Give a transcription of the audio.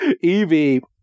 Evie